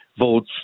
votes